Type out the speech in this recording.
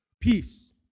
Peace